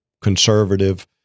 conservative